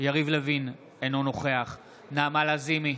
יריב לוין, אינו נוכח נעמה לזימי,